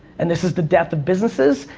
and this is the death of businesses,